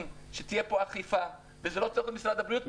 שתהיה אכיפה וזה לא תפקיד משרד הבריאות.